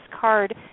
card